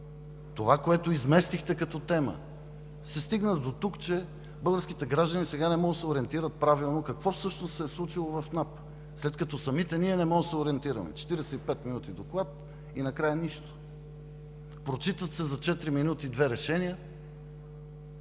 това, което изместихте като тема, се стигна дотук, че българските граждани сега не могат да се ориентират правилно какво всъщност се е случило в НАП. Самите ние не можем да се ориентираме – 45 минути доклад, и накрая нищо! Прочитат се за четири минути две решения.